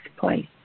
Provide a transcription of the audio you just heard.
place